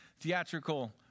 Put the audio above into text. theatrical